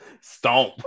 Stomp